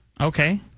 Okay